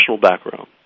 background